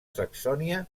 saxònia